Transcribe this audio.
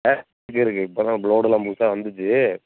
ஆ இருக்குது இருக்குது இப்போ தான் இப்போ லோடுலாம் புதுசாக வந்துச்சு